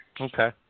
Okay